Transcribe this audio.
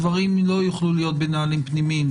הדברים לא יוכלו להיות בנהלים פנימיים.